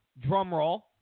drumroll